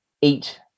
eat